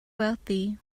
wealthy